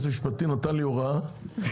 המשפטי נתן לי הוראה,